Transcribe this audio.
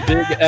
Big